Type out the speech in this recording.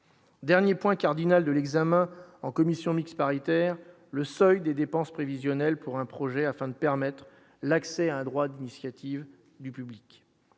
dernier point cardinal de l'examen en commission mixte paritaire le seuil des dépenses prévisionnelles pour un projet afin de permettre l'accès à un droit d'initiative du public